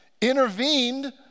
intervened